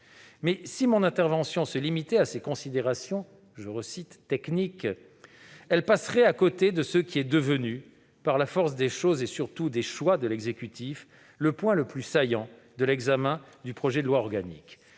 Si mon intervention se limitait à ces considérations « techniques », elle passerait à côté de ce qui est devenu, par la force des choses et, surtout, des choix de l'exécutif, le point le plus saillant de l'examen du projet de loi organique